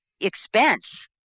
expense